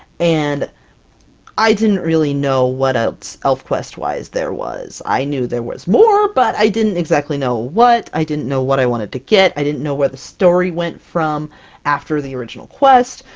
and i didn't really know what else elfquest-wise there was. i knew there was more, but i didn't exactly know what. i didn't know what i wanted to get, i didn't know where the story went from after the original quest,